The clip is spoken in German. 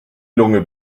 lunge